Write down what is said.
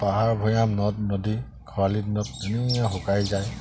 পাহাৰ ভৈয়াম নদ নদী খৰালিত শুকাই যায়